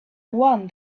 one